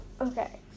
Okay